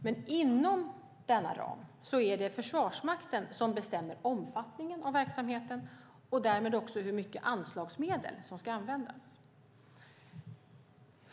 Men inom denna ram är det Försvarsmakten som bestämmer omfattningen av verksamheten och därmed också hur mycket anslagsmedel som ska användas.